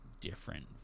different